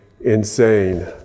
insane